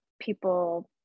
people